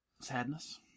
Sadness